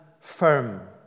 firm